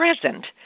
present